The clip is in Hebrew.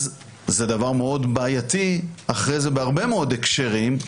אז זה דבר מאוד בעייתי אחרי זה בהרבה מאוד הקשרים,